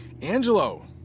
Angelo